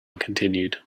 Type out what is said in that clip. continued